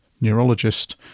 neurologist